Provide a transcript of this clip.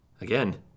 Again